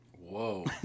Whoa